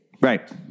Right